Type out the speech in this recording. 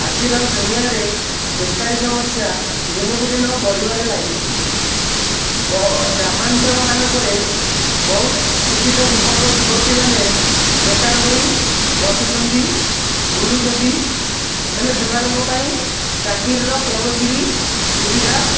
ଆଜିର ଦୁନିଆରେ ବେକାରୀ ସମସ୍ୟା ଦିନକୁ ଦିନ ବଢ଼ିବାରେ ଲାଗିଛି ଗ୍ରାମାଞ୍ଚଳ ମାନଙ୍କରେ ବହୁତ ଶିକ୍ଷିତ ଯୁବକ ଓ ଯୁବତୀ ମାନେ ବେକାର ହୋଇ ବସୁଛନ୍ତି ବୁଲୁଛନ୍ତି ହେଲେ ସେମାନଙ୍କ ପାଇଁ ଚାକିରିର କୌଣସି ବି ସୁବିଧା